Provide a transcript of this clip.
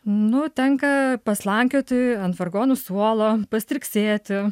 nu tenka paslankioti ant vargonų suolo pastriksėti